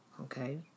okay